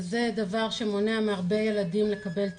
וזה דבר מדהים כי